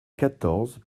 quatorze